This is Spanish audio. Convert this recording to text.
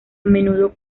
menudo